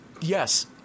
Yes